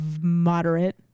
moderate